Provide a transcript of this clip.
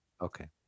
Okay